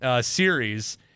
series